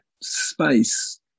space